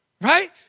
right